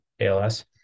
ALS